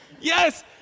Yes